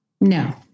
No